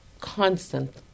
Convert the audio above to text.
constant